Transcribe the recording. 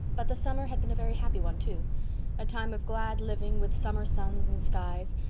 but the summer had been a very happy one, too a time of glad living with summer suns and skies,